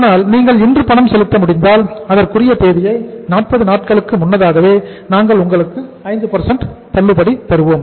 ஆனால் நீங்கள் இன்று பணம் செலுத்த முடிந்தால்அதற்குரிய தேதிக்கு 40 நாட்களுக்கு முன்னதாகவே நாங்கள் உங்களுக்கு 5 தள்ளுபடி தருவோம்